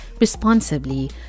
responsibly